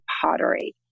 pottery